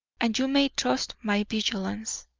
and you may trust my vigilance.